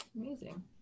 Amazing